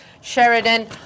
Sheridan